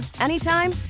anytime